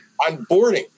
Onboarding